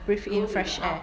breathe in fresh air